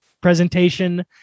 presentation